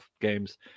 games